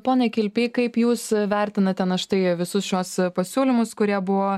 pone kilpy kaip jūs vertinate na štai visus šiuos pasiūlymus kurie buvo